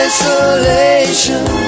Isolation